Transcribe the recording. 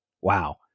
wow